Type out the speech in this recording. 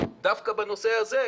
דווקא בנושא הזה,